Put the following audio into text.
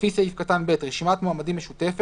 לפי סעיף קטן (ב) רשימת מועמדים משותפת,